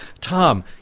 Tom